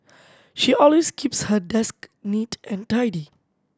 she always keeps her desk neat and tidy